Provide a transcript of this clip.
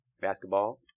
basketball